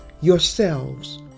yourselves